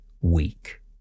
weak